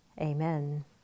Amen